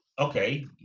okay